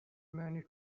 many